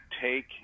take